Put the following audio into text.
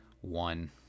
one